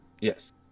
Yes